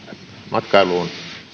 matkailun